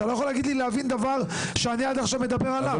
אתה לא יכול להגיד לי להבין דבר שאני עד עכשיו מדבר עליו.